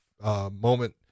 moment